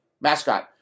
Mascot